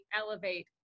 elevate